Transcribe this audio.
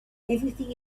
everything